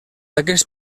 aquest